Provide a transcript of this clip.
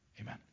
Amen